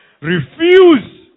Refuse